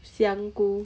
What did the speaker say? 香菇